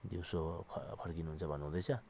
दिउँसो फ फर्कनु हुन्छ भन्नु हुँदैछ